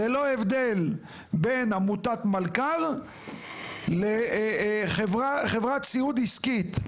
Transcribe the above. ללא הבדל בין עמותת מלכ"ר לחברת סיעוד עסקית.